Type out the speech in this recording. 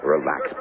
Relax